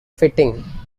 fitting